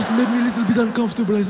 little but uncomfortable,